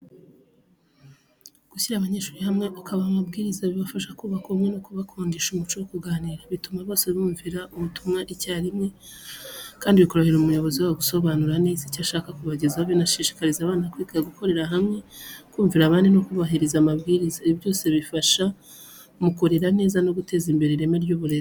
Gushyira abanyeshuri hamwe ukabaha amabwiriza bibafasha kubaka ubumwe no kubakundisha umuco wo kuganira. Bituma bose bumvira ubutumwa icyarimwe, kandi bikorohera umuyobozi wabo gusobanura neza icyo ashaka kubagezaho. Binashishikariza abana kwiga gukorera hamwe, kumvira abandi no kubahiriza amabwiriza. Ibi byose bifasha mu kurera neza no guteza imbere ireme ry’uburezi.